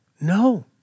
No